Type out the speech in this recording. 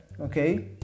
okay